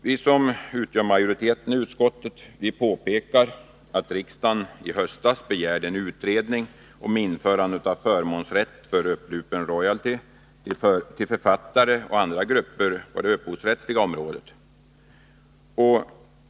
Vi som utgör majoriteten i utskottet påpekar att riksdagen i höstas begärde en utredning om införande av förmånsrätt för upplupen royalty till författare och andra grupper på det upphovsrättsliga området.